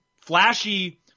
flashy